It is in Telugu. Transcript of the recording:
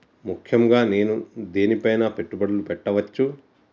ముఖ్యంగా నేను దేని పైనా పెట్టుబడులు పెట్టవచ్చు?